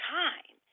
time